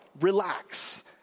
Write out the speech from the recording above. relax